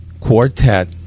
quartet